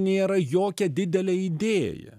nėra jokia didelė idėja